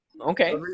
Okay